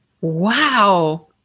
Wow